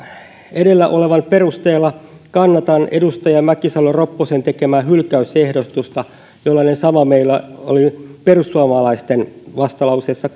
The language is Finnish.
edellä olevan perusteella kannatan edustaja mäkisalo ropposen tekemää hylkäysehdotusta jollainen samanlainen meillä oli perussuomalaisten vastalauseessa